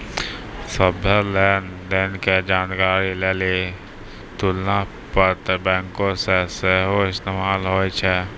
सभ्भे लेन देन के जानकारी लेली तुलना पत्र बैंको मे सेहो इस्तेमाल होय छै